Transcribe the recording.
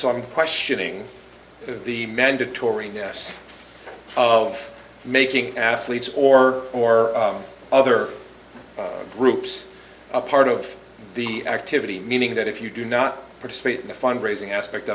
so i'm questioning the mandatory ness of making athletes or or other groups a part of the activity meaning that if you do not participate in the fundraising aspect